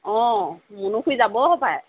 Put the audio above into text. অঁ মুনু খুৰী যাব হপায়